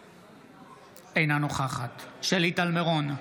אינה נוכחת שלי טל מירון,